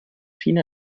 china